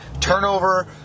Turnover